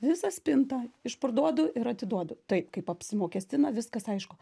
visą spintą išparduodu ir atiduodu taip kaip apsimokestina viskas aišku